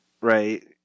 right